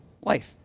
life